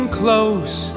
close